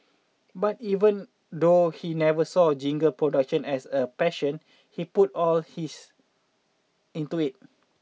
but even though he never saw jingle production as a passion he put all his into it